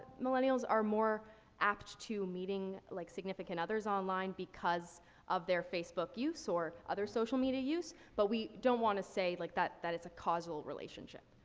millennials are more apt to meeting, like, significant others online because of their facebook use or other social media use, but we don't wanna say, like, that, that it's a causal relationship.